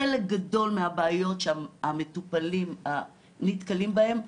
חלק גדול מהבעיות שהמטופלים נתקלים בהם,